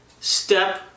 Step